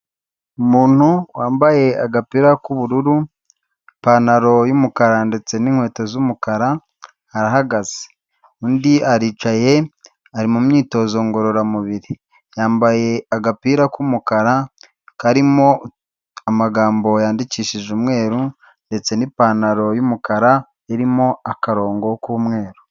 Umuntu wambaye agapira k'ubururu ipantaro yumukara ndetse n'inkweto z'umukara arahagaze. Undi aricaye ari mu myitozo ngororamubiri yambaye agapira k'umukara karimo amagambo yandikishije umweru ndetse, n'ipantaro yumukara irimo akarongo k'umweru.